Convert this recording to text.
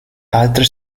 altre